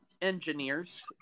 engineers